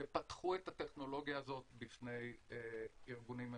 שפתחו את הטכנולוגיה הזאת בפני ארגונים ממשלתיים.